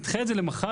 נדחה את זה למחר,